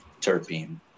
terpene